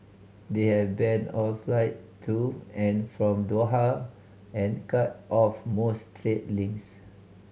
they have banned all flight to and from Doha and cut off most trade links